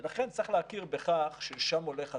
ולכן צריך להכיר בכך שלשם הולך הצבא.